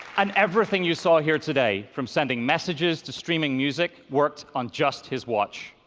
and everything you saw here today, from sending messages to streaming music worked on just his watch.